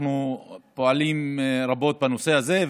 אנחנו פועלים רבות בנושא הזה,